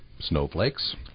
snowflakes